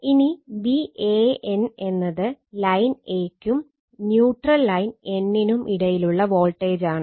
ഇനി Van എന്നത് line a ക്കും ന്യൂട്രൽ ലൈൻ n നും ഇടയിലുള്ള വോൾട്ടേജാണ്